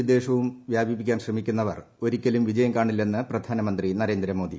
ജമ്മു വിദ്യേഷവും വ്യാപിപ്പിക്കാൻ ശ്രമിക്കുന്നവർ ഒരിക്കലും വിജയം കാണില്ലെന്ന് പ്രധാനമന്ത്രി നരേന്ദ്രമോദി